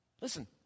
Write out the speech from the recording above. Listen